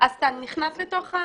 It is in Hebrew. אז אתה נכנס לתוך הטבלה.